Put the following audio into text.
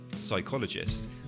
psychologist